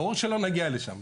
ברור שלא נגיע לשם,